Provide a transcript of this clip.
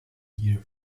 year